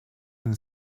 than